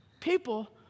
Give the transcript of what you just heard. people